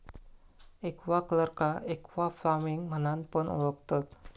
एक्वाकल्चरका एक्वाफार्मिंग म्हणान पण ओळखतत